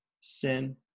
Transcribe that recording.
sin